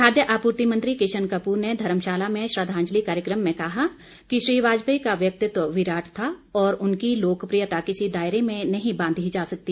खाद्य आपूर्ति मंत्री किशन कपूर ने धर्मशाला में श्रद्धांजलि कार्यक्रम में कहा कि श्री वाजपेयी का व्यक्तित्व विराट था और उनकी लोकप्रियता किसी दायरे में नहीं बांधी जा सकती